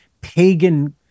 pagan